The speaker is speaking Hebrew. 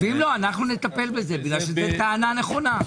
אם לא, אנחנו נטפל בזה כי זו טענה נכונה.